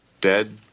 Dead